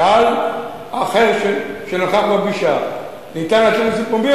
שאל מישהו אחר שנכח בפגישה: ניתן לתת לזה פומבי?